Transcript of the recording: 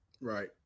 Right